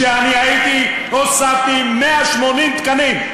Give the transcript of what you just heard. כשאני הייתי הוספתי 180 תקנים.